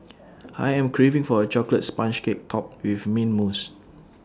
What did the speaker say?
I am craving for A Chocolate Sponge Cake Topped with Mint Mousse